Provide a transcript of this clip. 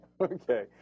okay